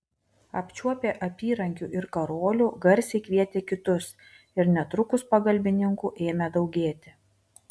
apčiuopę apyrankių ir karolių garsiai kvietė kitus ir netrukus pagalbininkų ėmė daugėti